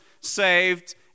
saved